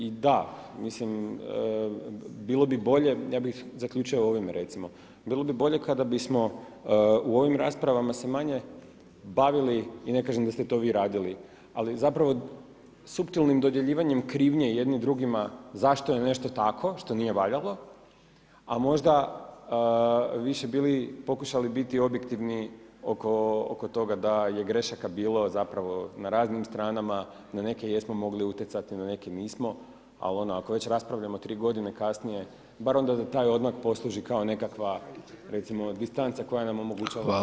I da, mislim bilo bi bolje ja bih zaključio ovim recimo, bilo bi bolje kada bismo u ovim raspravama se manje bavili i ne kažem da ste to vi radili, ali zapravo suptilnim dodjeljivanjem krivnje jednim drugima zašto je nešto tako što nije valjalo, a možda više pokušali biti objektivni oko toga da je grešaka bilo na raznim stranama, na neke jesmo mogli utjecati, na neke nismo, ali ono ako već raspravljamo tri godine kasnije bar onda da taj odmak posluži kao nekakva distanca koja nam omogućava objektivnost.